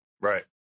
Right